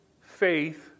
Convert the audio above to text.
faith